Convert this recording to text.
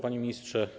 Panie Ministrze!